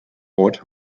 ort